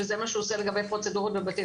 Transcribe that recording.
וזה מה שהוא עושה לגבי פרוצדורות בבתי